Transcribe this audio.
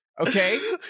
okay